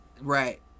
Right